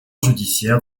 judiciaire